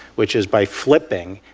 which is by flipping,